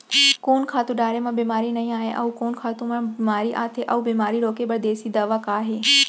कोन खातू डारे म बेमारी नई आये, अऊ कोन खातू म बेमारी आथे अऊ बेमारी रोके बर देसी दवा का हे?